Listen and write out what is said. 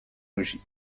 logis